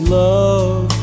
love